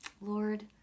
lord